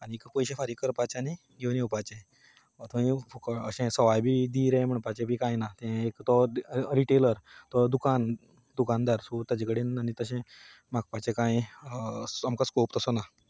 आनी पयशे फारीक करपाचें आनी घेवन येवपाचें थंय अशें फु सवाय बी दी रे म्हणपाचें बी कांय ना तें तो रिटेलर तो दुकान दुकानदार सो ताजे कडेन आनी तशें मागपाचें कांय आमचो स्कोप असो ना